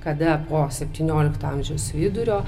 kada po septyniolikto amžiaus vidurio